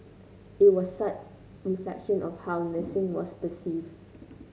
it was a sad reflection of how nursing was perceived